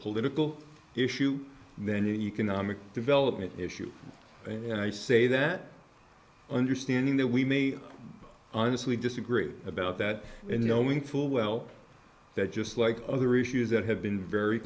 political issue then economic development issue and i say that understanding that we may honestly disagree about that and knowing full well that just like other issues that have been very